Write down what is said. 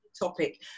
topic